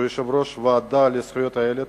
שהוא יושב-ראש הוועדה לזכויות הילד,